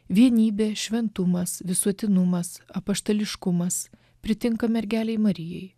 vienybė šventumas visuotinumas apaštališkumas pritinka mergelei marijai